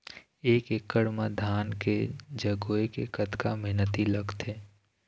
एक एकड़ म धान के जगोए के कतका मेहनती लगथे?